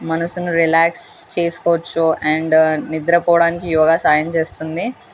మనసును రిలాక్స్ చేసుకోవచ్చు అండ్ నిద్రపోవడానికి యోగా సాయం చేస్తుంది